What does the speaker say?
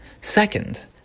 Second